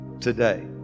today